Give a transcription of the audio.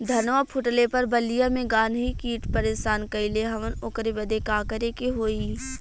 धनवा फूटले पर बलिया में गान्ही कीट परेशान कइले हवन ओकरे बदे का करे होई?